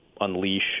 unleash